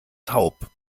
taub